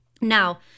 now